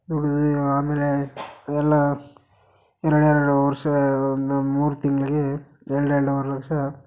ದುಡ್ದು ಆಮೇಲೆ ಎಲ್ಲ ಎರಡೆರಡು ವರ್ಷ ಒಂದು ಮೂರು ತಿಂಗಳಿಗೆ ಎರಡು ಎರಡೂವರೆ ಲಕ್ಷ